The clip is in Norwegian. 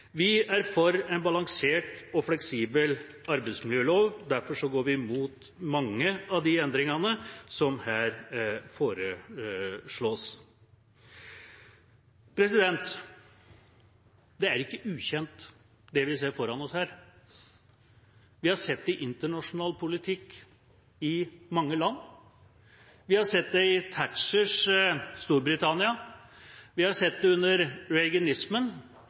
Vi er for en balansert og fleksibel arbeidsmiljølov. Derfor går vi imot mange av de endringene som her foreslås. Det er ikke ukjent det vi ser foran oss her. Vi har sett det i internasjonal politikk, i mange land. Vi har sett det i Thatchers Storbritannia. Vi har sett det under